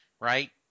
right